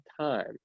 time